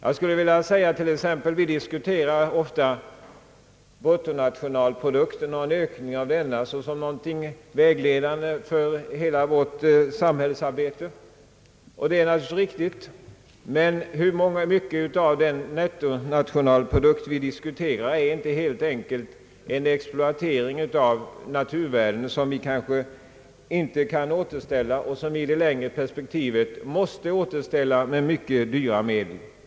Vi disku terar ofta en ökning av bruttionationalprodukten som något vägledande för hela vårt samhällsarbete. Det är naturligtvis riktigt. Men hur mycket av denna bruttonationalprodukt är inte helt enkelt en följd av exploatering av naturvärden, som vi kanske inte kan återställa helt men som vi i det längre perspektivet måste försöka återställa med mycket dyra medel.